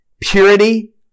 Purity